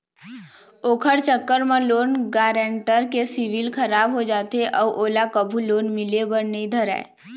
ओखर चक्कर म लोन गारेंटर के सिविल खराब हो जाथे अउ ओला कभू लोन मिले बर नइ धरय